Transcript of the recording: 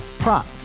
Prop